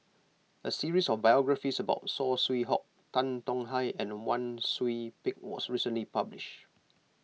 a series of biographies about Saw Swee Hock Tan Tong Hye and Wang Sui Pick was recently published